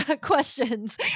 questions